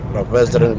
Professor